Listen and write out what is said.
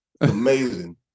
amazing